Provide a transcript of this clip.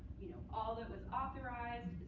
you know all that was authorized,